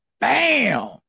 bam